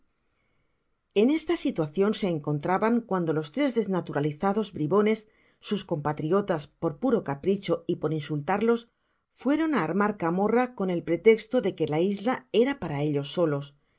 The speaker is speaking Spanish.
sn esta situacion se encontraban cuando los tres desnaturalizados bribones sus compatriotas por puro capricho y por insultarlos fueron á armar camorra con el pretesto de que la isla era para ellos solos